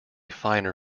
finer